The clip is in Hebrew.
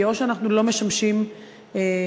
כי או שאנחנו לא משמשים דוגמה,